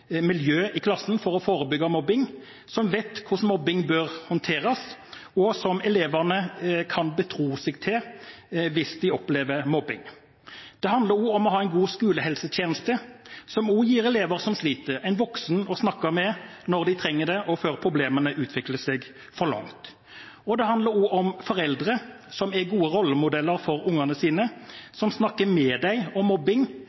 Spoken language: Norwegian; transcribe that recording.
miljø i klassen for å forebygge mobbing, som vet hvordan mobbing bør håndteres, og som elevene kan betro seg til hvis de opplever mobbing. Det handler også om å ha en god skolehelsetjeneste, som gir elever som sliter, en voksen å snakke med når de trenger det, og før problemene utvikler seg for langt. Det handler også om foreldre, som er gode rollemodeller for ungene sine, som snakker med dem om mobbing,